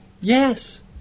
Yes